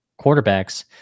quarterbacks